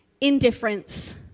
indifference